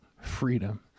freedom